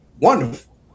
wonderful